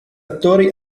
attori